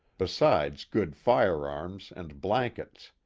besides good fire-arms, and blankets.